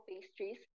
pastries